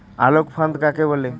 আলোক ফাঁদ কাকে বলে?